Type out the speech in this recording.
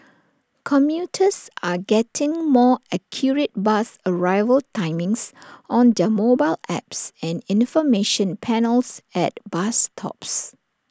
commuters are getting more accurate bus arrival timings on their mobile apps and information panels at bus stops